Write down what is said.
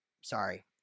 sorry